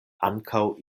ankaŭ